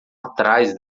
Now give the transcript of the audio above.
atrás